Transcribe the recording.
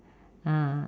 ah